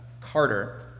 Carter